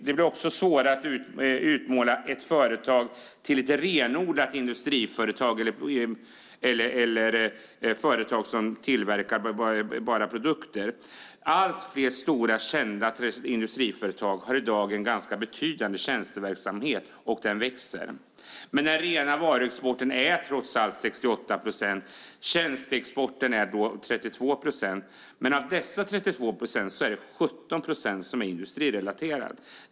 Det blir också svårare att utmåla ett företag som ett renodlat industriföretag eller ett som bara tillverkar produkter. Allt fler stora kända industriföretag har i dag en ganska betydande tjänsteverksamhet, och den växer. Men den rena varuexporten är trots allt 68 procent, och tjänsteexporten är 32 procent. Av dessa 32 procent är det 17 procent som är industrirelaterad.